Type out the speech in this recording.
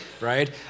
right